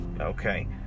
Okay